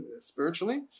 spiritually